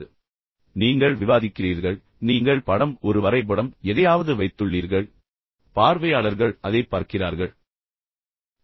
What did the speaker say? இப்போது நீங்கள் விவாதிக்கிறீர்கள் நீங்கள் படம் அல்லது ஒரு வரைபடம் அல்லது எதையாவது வைத்துள்ளீர்கள் பின்னர் பார்வையாளர்கள் அதைப் பார்க்கிறார்கள்